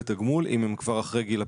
לתגמול אם הם כבר אחרי גיל הפרישה.